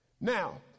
Now